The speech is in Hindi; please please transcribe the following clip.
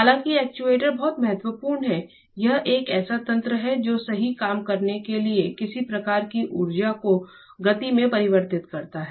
हालांकि एक्चुएटर बहुत महत्वपूर्ण है यह एक ऐसा तंत्र है जो सही काम करने के लिए किसी प्रकार की ऊर्जा को गति में परिवर्तित करता है